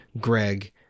Greg